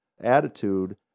attitude